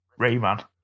Rayman